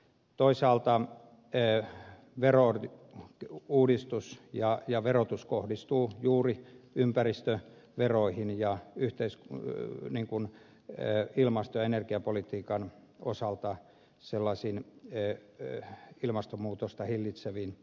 toisaalta verouudistus ja verotus kohdistuu juuri ympäristöveroihin ja ilmasto ja energiapolitiikan osalta ilmastonmuutosta hillitseviin kohteisiin